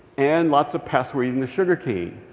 and lots of pests were eating the sugarcane.